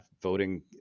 voting